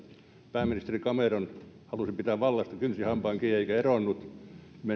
pääministeri cameron halusi pitää vallasta kynsin hampain kiinni eikä eronnut